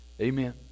amen